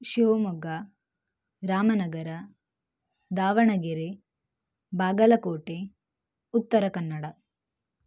Shivamogga Ramanagara Davanagere Bagalkot Uttara Kannada